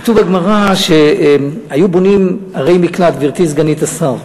כתוב בגמרא שהיו בונים ערי מקלט, גברתי סגנית השר,